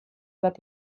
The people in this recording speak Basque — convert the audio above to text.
bat